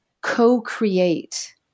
co-create